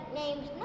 names